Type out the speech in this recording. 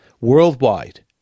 worldwide